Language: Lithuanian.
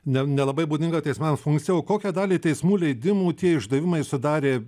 ne nelabai būdinga teismams funkcija o kokią dalį teismų leidimų tie išdavimai sudarė